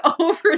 over